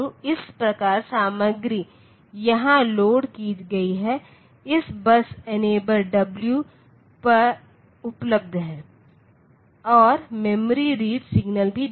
इस प्रकार सामग्री यहां लोड की गई है इस बस इनेबल w पर उपलब्ध है और मेमोरी रीड सिग्नल भी देगा